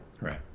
right